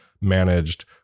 managed